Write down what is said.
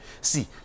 See